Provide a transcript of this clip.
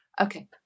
Okay